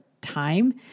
time